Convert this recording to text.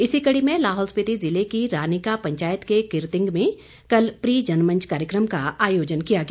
इसी कडी में लाहौल स्पिति जिले की रानिका पंचायत के किरतिंग में कल प्री जनमंच कार्यक्रम का आयोजन किया गया